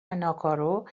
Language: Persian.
ناکورو